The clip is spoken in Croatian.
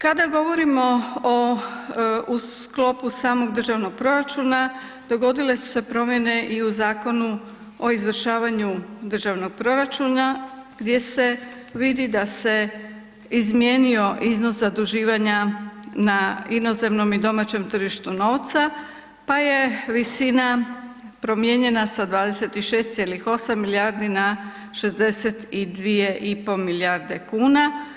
Kada govorimo u sklopu samog državnog proračuna dogodile su se promjene i u Zakonu o izvršavanju državnog proračuna gdje se vidi da se izmijenio iznos zaduživanja na inozemnom i domaćem tržištu novca pa je visina promijenjena sa 26,8 milijardi na 62,5 milijarde kuna.